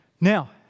Now